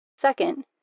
Second